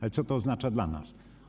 Ale co to oznacza dla nas?